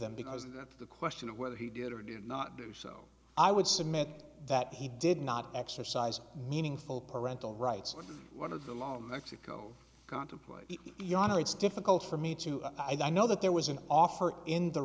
them because the question of whether he did or did not do so i would submit that he did not exercise meaningful parental rights or one of the law in mexico contemplate ya it's difficult for me to i know that there was an offer in the